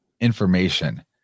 information